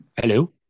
Hello